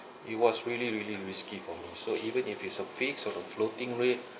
it was really really risky for me so even if it's a fixed or a floating rate